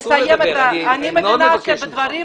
אני מבינה שבדברים